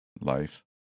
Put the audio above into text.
life